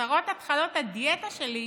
הצהרות התחלות הדיאטה שלי,